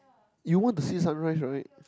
you want to see sunrise right